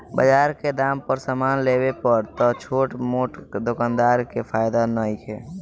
बजार के दाम पर समान लेवे पर त छोट मोट दोकानदार के फायदा नइखे